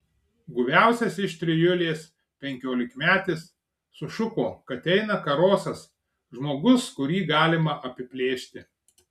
guviausias iš trijulės penkiolikmetis sušuko kad eina karosas žmogus kurį galima apiplėšti